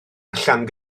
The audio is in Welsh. allan